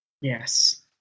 Yes